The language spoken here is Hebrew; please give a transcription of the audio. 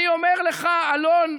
אני אומר לך, אלון,